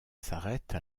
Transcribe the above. s’arrête